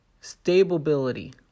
stability